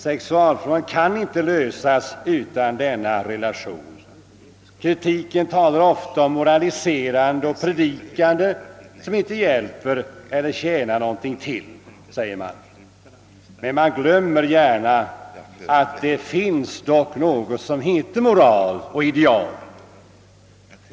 Sexualfrågan kan inte lösas utan denna relation. Kritiken talar ofta om moraliserande och predikande, som inte hjälper eller tjänar någonting till. Men man glömmer gärna att det dock finns något som heter moral och ideal.